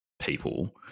people